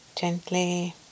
gently